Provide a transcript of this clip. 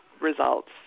results